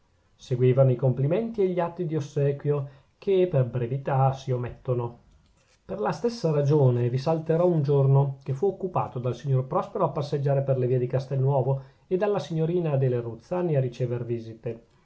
seguivano i complimenti e gli atti di ossequio che per brevità si ommettono per la stessa ragione vi salterò un giorno che fu occupato dal signor prospero a passeggiare per le vie di castelnuovo e dalla signorina adele ruzzani a ricever visite